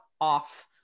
off